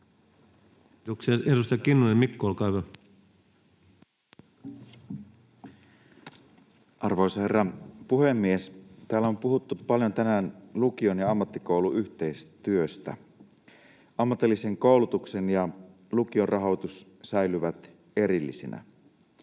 selonteko Time: 18:53 Content: Arvoisa herra puhemies! Täällä on puhuttu paljon tänään lukion ja ammattikoulun yhteistyöstä. Ammatillisen koulutuksen ja lukion rahoitus säilyvät erillisinä.